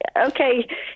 okay